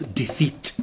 defeat